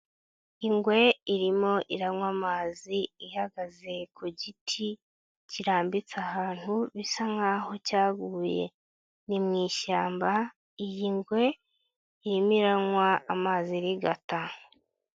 Ingwe irimo iranywa amazi ihagaze ku giti kirambitse ahantu bisa nk,aho cyaguye, ni mu ishyamba iyi ngwe irimo iranywa amazi irigata.